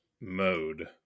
mode